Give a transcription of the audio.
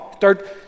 Third